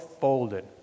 folded